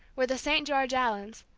were the st. george allens,